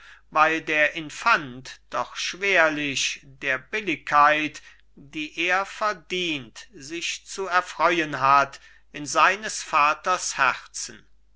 weil der infant doch schwerlich der billigkeit die er verdient sich zu erfreuen hat in seines vaters herzen